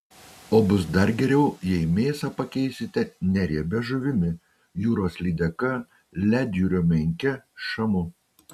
o bus dar geriau jei mėsą pakeisite neriebia žuvimi jūros lydeka ledjūrio menke šamu